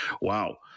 wow